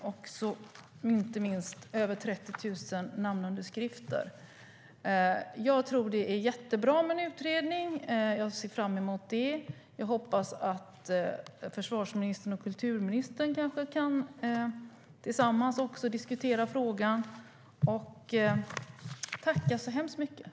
Inte minst finns över 30 000 namnunderskrifter. Det är bra med en utredning, och jag ser fram emot den. Jag hoppas att försvarsministern och kulturministern tillsammans kan diskutera frågan. Jag tackar så mycket för debatten!